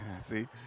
See